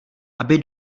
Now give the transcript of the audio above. aby